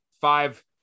five